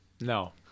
No